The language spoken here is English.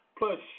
plus